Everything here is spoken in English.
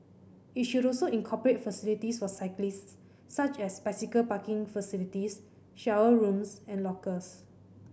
it should also incorporate facilities for cyclists such as bicycle parking facilities shower rooms and lockers